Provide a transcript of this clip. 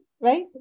right